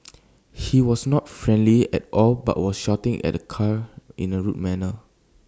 he was not friendly at all but was shouting at the cars in A rude manner